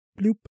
bloop